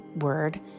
word